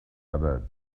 other